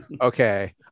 okay